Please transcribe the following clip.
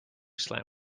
slam